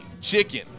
chicken